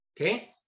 Okay